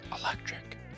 electric